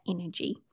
energy